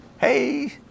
hey